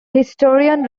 historian